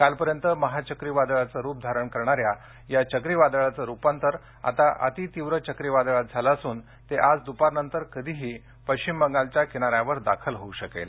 कालपर्यंत महाचक्रीवादळाचं रूप धारण करणाऱ्या या चक्रीवादळाचं रूपांतर आता अति तीव्र चक्रीवादळात झालं असून ते आज दूपारनंतर कधीही पश्चिम बंगालच्या किनार्यातवर दाखल होऊ शकेल